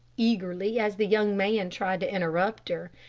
eagerly, as the young man tried to interrupt her,